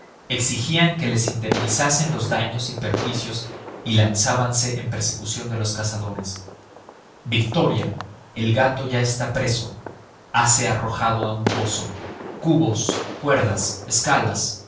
exigían que les indemnizasen los daños y perjuicios y lanzábanse en persecución de los cazadores victoria el gato ya está preso hase arrojado a un pozo cubos cuerdas escalas